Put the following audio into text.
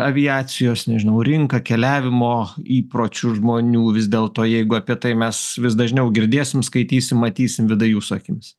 aviacijos nežinau rinką keliavimo įpročius žmonių vis dėlto jeigu apie tai mes vis dažniau girdėsim skaitysim matysim vidai jūsų akims